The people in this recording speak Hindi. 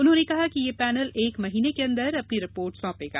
उन्होंने कहा कि यह पैनल एक महीने के भीतर अपनी रिपोर्ट सौंपेगा